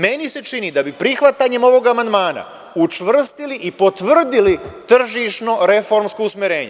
Meni se čini da bi prihvatanjem ovog amandmana učvrstili i potvrdili tržišno reformsko usmerenje.